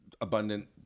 abundant